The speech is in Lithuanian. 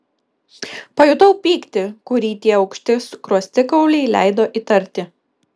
pajutau pyktį kurį tie aukšti skruostikauliai leido įtarti